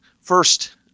first